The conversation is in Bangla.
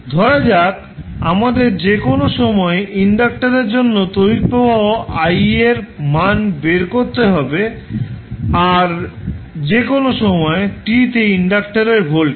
ধরা যাক আমাদের যে কোনও সময়ে ইন্ডাক্টরের জন্য তড়িৎ প্রবাহ I এর মান বের করতে হবে আর যে কোনও সময় t তে ইন্ডাক্টার এর ভোল্টেজ